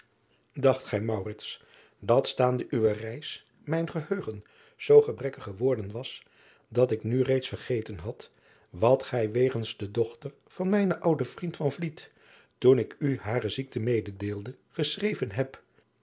acht gij dat staande uwe reis mijn geheugen zoo gebrekkig geworden was dat ik nu reeds vergeten had wat gij wegens de dochter van mijnen ouden vriend toen ik u hare ziekte mededeelde geschreven hebt